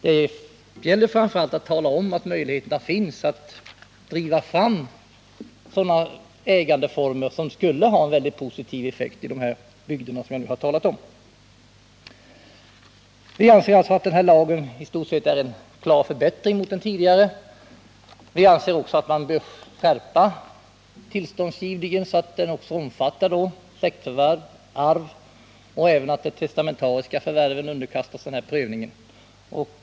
Det gäller framför allt att tala om att möjligheterna finns att få fram sådana ägandeformer, som skulle ha en mycket positiv effekt i dessa bygder som jag nu har talat om. Vi anser alltså att den nya lagen i stort sett är en klar förbättring i förhållande till den tidigare. Vi anser också att man bör skärpa tillståndsgivningen så att den omfattar släktförvärv och arv. Även de testamentariska förvärven bör underkastas denna prövning.